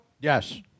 Yes